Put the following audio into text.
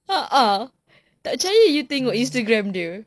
(uh huh) tak percaya you tengok instagram dia